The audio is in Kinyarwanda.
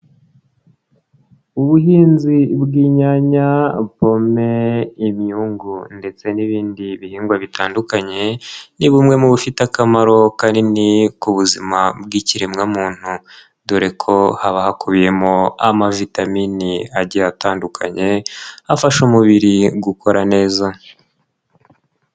Ubuhinzi bw'inyanya, pome, imyungu ndetse n'ibindi bihingwa bitandukanye ni bumwe mu bufite akamaro kanini ku buzima bw'ikiremwamuntu dore ko haba hakubiyemo amavitamini agiye atandukanye afasha umubiri gukora neza.